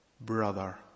brother